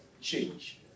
change